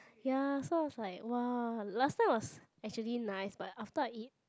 ya so I was like !wow! last time it was actually nice but after I eat